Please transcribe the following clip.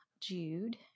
Jude